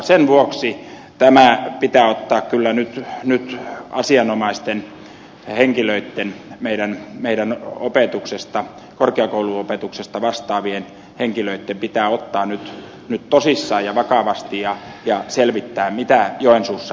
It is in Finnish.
sen vuoksi tämä pitää ottaa kyllä nyt asianomaisten henkilöitten meidän korkeakouluopetuksesta vastaavien henkilöitten ottaa nyt tosissaan ja vakavasti ja selvittää mitä joensuussa on tapahtunut